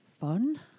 fun